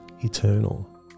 eternal